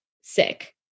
sick